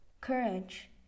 Courage